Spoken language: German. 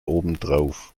obendrauf